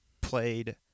played